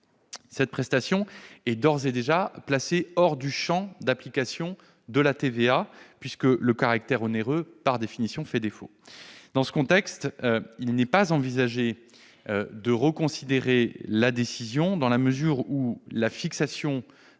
cette prestation est d'ores et déjà placée hors du champ d'application de la TVA, puisque le caractère onéreux, par définition, fait défaut. Dans ce contexte, il n'est pas envisagé de reconsidérer la décision, dans la mesure où la fixation